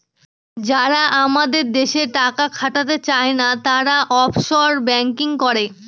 যারা আমাদের দেশে টাকা খাটাতে চায়না, তারা অফশোর ব্যাঙ্কিং করে